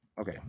Okay